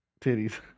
titties